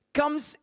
comes